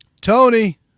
tony